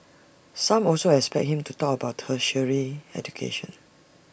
some also expect him to talk about tertiary education